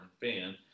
fan